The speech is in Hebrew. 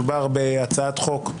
מדובר בהצעת חוק,